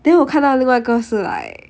then 我看到另外个是 like